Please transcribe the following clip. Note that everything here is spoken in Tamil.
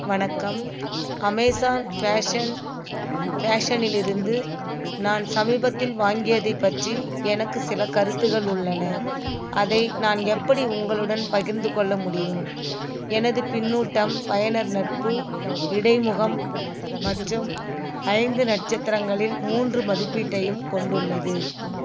வணக்கம் அமேசான் ஃபேஷன் ஃபேஷனிலிருந்து நான் சமீபத்தில் வாங்கியதைப் பற்றி எனக்கு சில கருத்துகள் உள்ளன அதை நான் எப்படி உங்களுடன் பகிர்ந்து கொள்ள முடியும் எனது பின்னூட்டம் பயனர் நட்பு இடைமுகம் மற்றும் ஐந்து நட்சத்திரங்களில் மூன்று மதிப்பீட்டையும் கொண்டுள்ளது